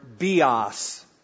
bios